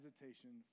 hesitation